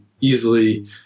easily